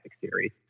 series